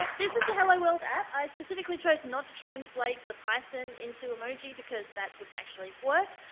this is the hello world app. i specifically chose not to translate the python into emoji because that wouldn't actually work.